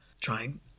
trying